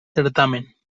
certamen